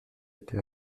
été